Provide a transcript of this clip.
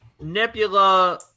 Nebula